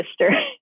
sister